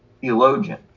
theologian